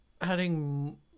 adding